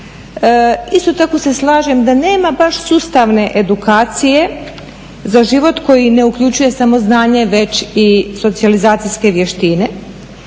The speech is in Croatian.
Isto tako se slažem da nema baš sustavne edukacije za život koji ne uključuje samo znanje već i socijalizacijske vještine